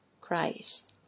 Christ